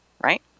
right